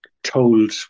told